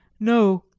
no,